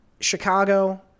Chicago